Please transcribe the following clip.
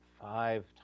five